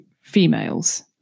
females